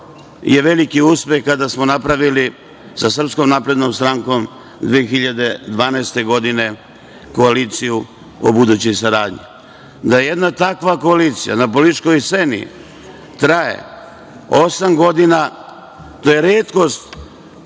je veliki uspeh kada smo napravili sa SNS 2012. godine koaliciju o političkoj saradnji. Da jedna takva koalicija na političkoj sceni traje osam godina, to je retkost